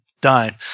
done